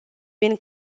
been